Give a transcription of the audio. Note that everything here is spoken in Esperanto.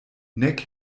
nek